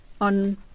on